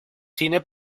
cine